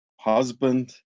husband